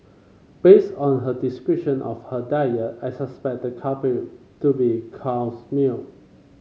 based on her description of her diet I suspected the culprit to be cow's milk